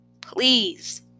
Please